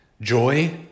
joy